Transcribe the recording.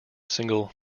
single